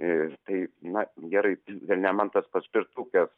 ir taip na gerai gal ne man tas paspirtukas